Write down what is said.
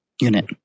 unit